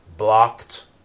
blocked